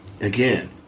again